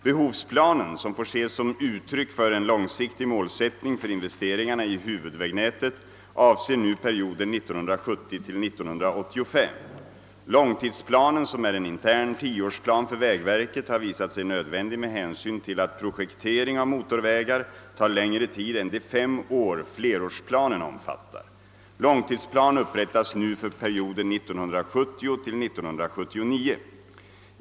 Behovsplanen, som får ses som uttryck för en långsiktig målsättning för investeringarna i huvudvägnätet, avser nu perioden 1970—1985. Långtidsplanen, som är en intern tioårsplan för vägverket, har visat sig nödvändig med hänsyn till att projektering av motorvägar tar längre tid än de fem år flerårsplanen omfattar. Långtidsplan upprättas nu för perioden 1970—1979.